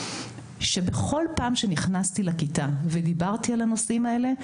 שבכל פעם שנכנסתי לכיתה ודיברתי על הנושאים האלה,